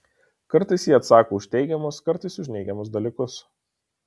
kartais ji atsako už teigiamus kartais už neigiamus dalykus